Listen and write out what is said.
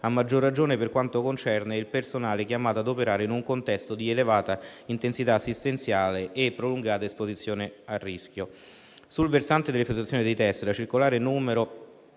maggior ragione, per quanto concerne il personale chiamato a operare in un contesto di elevata intensità assistenziale e prolungata esposizione al rischio. Sul versante dell'effettuazione dei test, la circolare n.